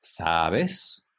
Sabes